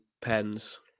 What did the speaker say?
pens